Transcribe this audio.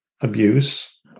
abuse